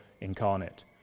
incarnate